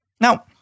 Now